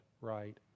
right